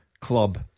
club